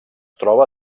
troba